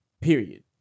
Period